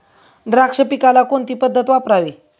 द्राक्ष पिकाला कोणती पद्धत वापरावी?